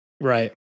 Right